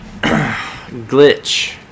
Glitch